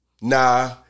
Nah